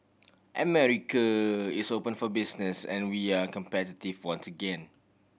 America is open for business and we are competitive once again